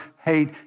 hate